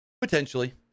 Potentially